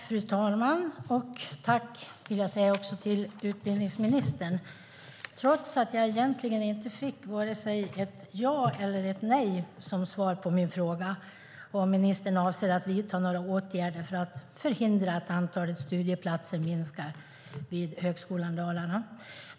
Fru talman! Tack för svaret, utbildningsministern, trots att jag egentligen inte fick vare sig ett ja eller ett nej som svar på min fråga om ministern avser att vidta några åtgärder för att förhindra att antalet studieplatser minskar vid Högskolan Dalarna.